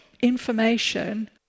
information